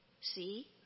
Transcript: See